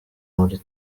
muri